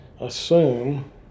assume